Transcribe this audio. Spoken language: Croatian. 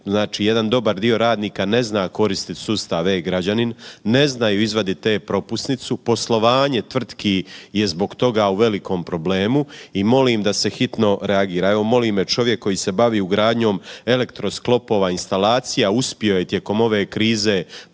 jedan dobar dio radnika ne zna koristiti sustav e-građanin, ne znaju izvaditi e-propusnicu, poslovanje tvrtki je zbog toga u velikom problemu i molim da se hitno reagira. Evo moli me čovjek koji se bavi ugradnjom elektrosklopova instalacija, uspio je tijekom ove krize